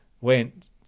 went